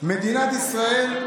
מדינת ישראל,